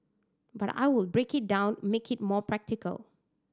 but I would break it down make it more practical